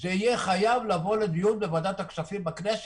זה יהיה חייב לבוא לדיון בוועדת הכספים בכנסת.